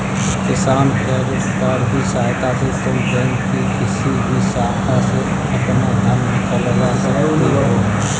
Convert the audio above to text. किसान credit card की सहायता से तुम बैंक की किसी भी शाखा से अपना धन निकलवा सकती हो